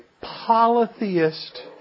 polytheist